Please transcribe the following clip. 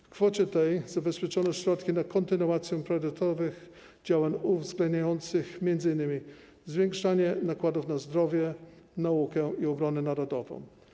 W kwocie tej zabezpieczono środki na kontynuację priorytetowych działań uwzględniających m.in. zwiększanie nakładów na zdrowie, naukę i obronę narodową.